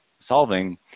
solving